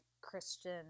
Christian